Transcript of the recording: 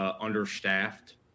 understaffed